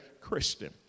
Christian